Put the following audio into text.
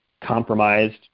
compromised